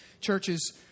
churches